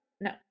No